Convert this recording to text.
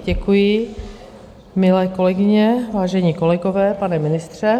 Děkuji, milé kolegyně, vážení kolegové, pane ministře.